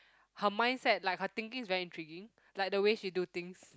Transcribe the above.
her mindset like her thinking is very intriguing like the way she do things